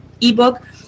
ebook